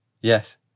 Yes